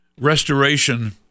restoration